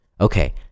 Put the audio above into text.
okay